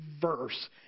verse